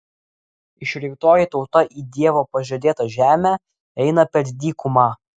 išrinktoji tauta į dievo pažadėtą žemę eina per dykumą